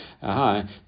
Hi